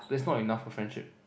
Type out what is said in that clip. that's not enough for friendship